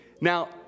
Now